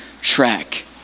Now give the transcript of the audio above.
track